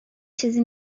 چیزی